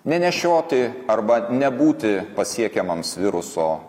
nenešioti arba nebūti pasiekiamams viruso